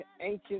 ancient